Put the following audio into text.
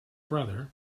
brother